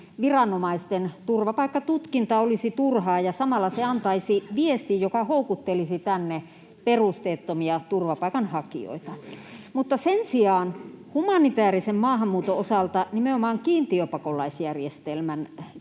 viranomaisten turvapaikkatutkinta olisi turhaa ja samalla se antaisi viestin, joka houkuttelisi tänne perusteettomia turvapaikanhakijoita. Mutta sen sijaan humanitäärisen maahanmuuton osalta nimenomaan kiintiöpakolaisjärjestelmän